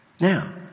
Now